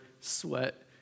sweat